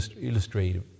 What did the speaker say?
illustrative